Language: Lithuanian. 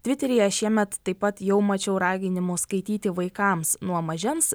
tviteryje šiemet taip pat jau mačiau raginimus skaityti vaikams nuo mažens